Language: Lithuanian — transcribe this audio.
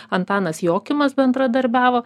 antanas jokimas bendradarbiavo